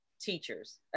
teachers